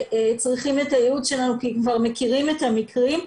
צריכים את הייעוץ שלנו כי הם כבר מכירים את המקרים,